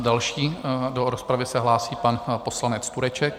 Další do rozpravy se hlásí pan poslanec Tureček.